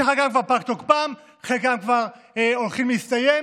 שחלקן פג תוקפן וחלקן כבר הולכות להסתיים,